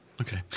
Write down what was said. Okay